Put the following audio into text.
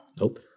Nope